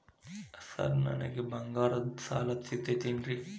Sir ನನಗೆ ಬಂಗಾರದ್ದು ಸಾಲ ಸಿಗುತ್ತೇನ್ರೇ?